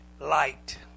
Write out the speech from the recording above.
Light